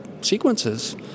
sequences